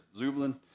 Zublin